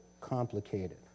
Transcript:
complicated